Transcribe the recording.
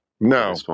No